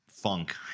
funk